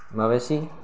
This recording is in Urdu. مویشی